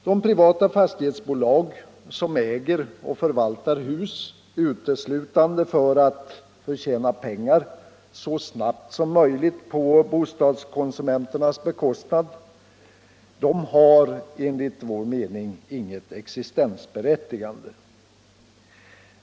De privata fastighetsbolag som äger och förvaltar hus uteslutande för att förtjäna pengar så snabbt som möjligt på bostadskonsumenternas bekostnad har enligt vår mening inget existensberättigande.